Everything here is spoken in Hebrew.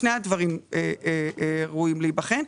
שני הדברים ראויים להיבחן.